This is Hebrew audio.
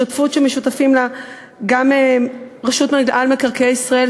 שותפים לה רשות מקרקעי ישראל,